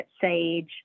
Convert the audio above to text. Sage